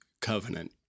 covenant